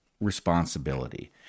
responsibility